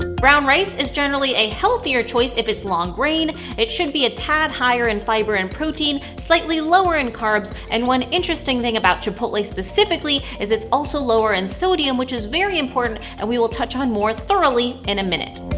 brown rice is generally a healthier choice if it's long grain it should be a tad higher in fiber and protein, slightly lower in carbs, and, one interesting thing about chipotle specifically, is it's also lower in sodium, which is very important, and we will touch on more thoroughly in a minute.